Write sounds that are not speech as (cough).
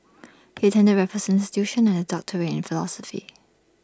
(noise) he attended Raffles institution and has A doctorate in philosophy